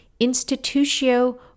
Institutio